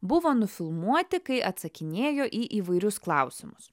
buvo nufilmuoti kai atsakinėjo į įvairius klausimus